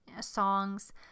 songs